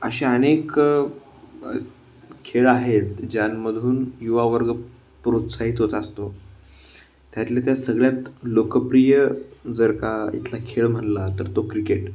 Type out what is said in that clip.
अशा अनेक खेळ आहेत ज्यामधून युवावर्ग प्रोत्साहित होत असतो त्यातल्या त्यात सगळ्यात लोकप्रिय जर का इथला खेळ म्हटला तर तो क्रिकेट